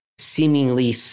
seemingly